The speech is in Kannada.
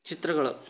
ಚಿತ್ರಗಳು